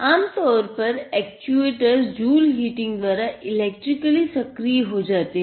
आम तौर पर एक्चुएटोर्स जूल हीटिंग द्वारा इलेक्ट्रिकली सक्रीय हो जाते हैं